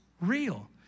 real